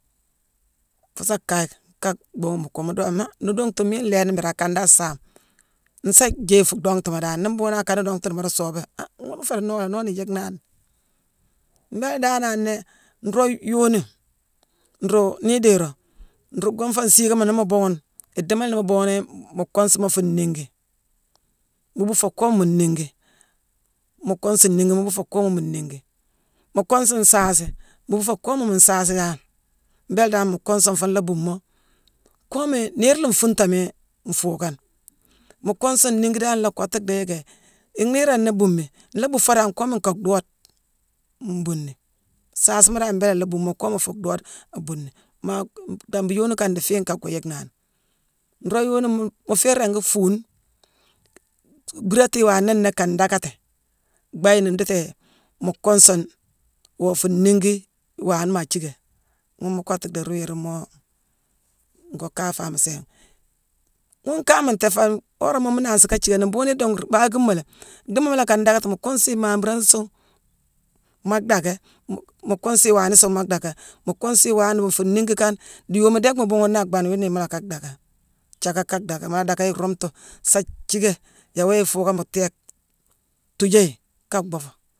Fuusa kaye ka bhuunghune mu kuuma mu doo han nu dongtume miine nlééni mbiri akane dan saame nsaa jééye fuu dongtuma dan. Nii bhuughune akana dongtu dii moodo soobé, han ghune nféédii noolé. Noola nuu yick nani. Mbéélé danane nnéé nroog yooni nruu-nii idééye roog nruu gonfoone siigoma nii mu buughune, idiimo nii mu buughunii mu kuunsuma fuu nniigi, mu buu foo coomu mu nniigi; mu kuunsune nniigima mu buufoo coomu mu nniigi. Mu kuunsune nsaasi, mu buufoo coomu mu nsaasi dan. Mbéélé dan mu kuunsune fuune laa buu moo coomii niirla nfuuntamii nfuukane. Muu kuunsune nniigi dan la kottu dhii yicki yéé nhiira nnéé buumi, nlaa buufo dan coomi nka dhoode mbuuni. Saasima dan mbéélé la buumo coomu fuu dhoode abuuni. Maa bambu yooni kane dii fiine kane goo yick nani. Nroog yooni mu-mmu féé ringi fuune, bhiirati iwaane nnéé kaa ndaackati bhayinime ndiiti mu kuunsune, woo fuu nniigi iwaane maa jiické. Ghune mu kottu dii ruu wii ruune moo ngoo kaafaamo sééne. Ghune kaama ntéé fangh. Worama mu nansi ka jiickani, mbhuughuni idongu baakimoni léé, dhiimo mu laa ka ndaackatima mu kuunsune imamburangh isuung maa dacké. Mu kuunsune iwaani isuungh maa dhacké. Mu kuunsune iwaane woo fuu nniigi kane dii yooma déck mu bhuughune ni ak bangh, yuuni mu lacka dacka, jacka ka dhacka. Mu la dacka yi rumtu, sa jiicka yééwoo yéé ifuukama théégh, thuujéé yi, ka bhuu foo.